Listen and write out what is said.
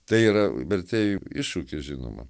tai yra vertėjų iššūkis žinoma